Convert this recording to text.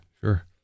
Sure